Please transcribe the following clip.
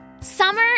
Summer